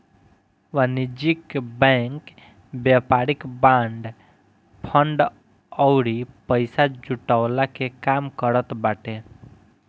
वाणिज्यिक बैंक व्यापारिक bond, fund अउरी पईसा जुटवला के काम करत बाटे